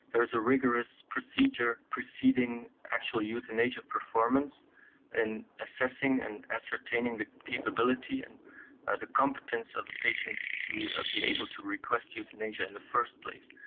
there is a rigorous procedure preceding actual euthanasia performance in assessing and ascertaining the capability and ah the competence of the patients to ah be able to request euthanasia in the first place.